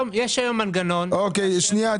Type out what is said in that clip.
סיטואציה.